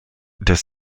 des